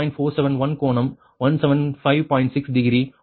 05 j ஆக இணைக்கப்பட்டுள்ளது